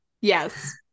Yes